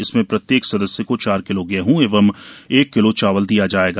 इसमें प्रत्येक सदस्य को चार किलों गेहं एवं एक किलों चावल दिया जाएगा